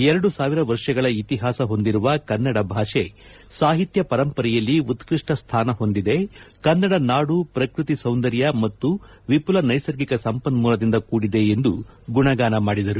ಎರಡು ಸಾವಿರ ವರ್ಷಗಳ ಇತಿಹಾಸ ಹೊಂದಿರುವ ಕನ್ನಡ ಭಾಷೆ ಸಾಹಿತ್ಯ ಪರಂಪರೆಯಲ್ಲಿ ಉತ್ತಪ್ಲ ಸ್ಥಾನ ಹೊಂದಿದೆ ಕನ್ನಡ ನಾಡು ಪ್ರಕೃತಿ ಸೌಂದರ್ಯ ಮತ್ತು ವಿಪುಲ ನೈಸರ್ಗಿಕ ಸಂಪನ್ನೂಲದಿಂದ ಕೂಡಿದೆ ಎಂದು ಗುಣಗಾನ ಮಾಡಿದರು